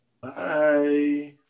Bye